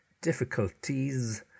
Difficulties